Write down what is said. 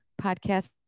podcast